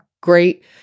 great